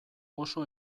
oso